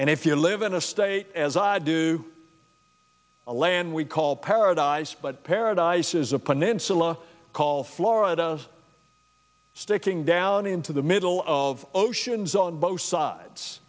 and if you live in a state as i do a land we call paradise but paradise is a peninsula call florida sticking down into the middle of oceans on both sides